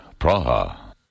Praha